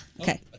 Okay